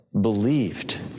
believed